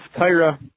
Tyra